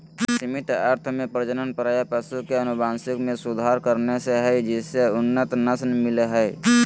सीमित अर्थ में प्रजनन प्रायः पशु के अनुवांशिक मे सुधार करने से हई जिससे उन्नत नस्ल मिल हई